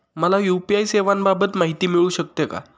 मला यू.पी.आय सेवांबाबत माहिती मिळू शकते का?